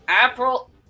April